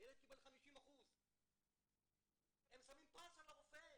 והילד קיבל 50%. הם שמים פס על הרופא.